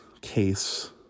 case